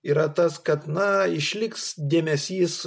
yra tas kad na išliks dėmesys